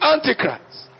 Antichrists